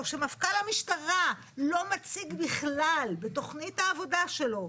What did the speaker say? כשמפכ"ל המשטרה לא מציג בכלל בתוכנית העבודה שלו,